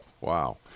Wow